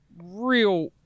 real